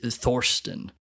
Thorsten